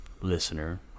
listener